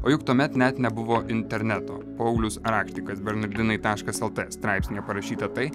o juk tuomet net nebuvo interneto paulius rakštikas bernardinai taškas lt straipsnyje parašyta tai